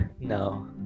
No